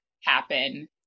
happen